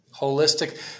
Holistic